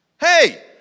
Hey